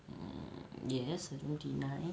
hmm yes I don't deny